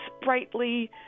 sprightly